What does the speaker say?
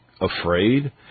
Afraid